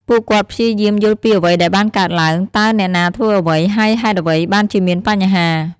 ពួកគាត់ព្យាយាមយល់ពីអ្វីដែលបានកើតឡើង តើអ្នកណាធ្វើអ្វី ហើយហេតុអ្វីបានជាមានបញ្ហា។